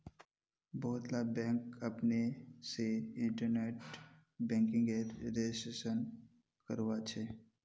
बहुतला बैंक अपने से इन्टरनेट बैंकिंगेर रजिस्ट्रेशन करवाछे